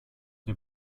der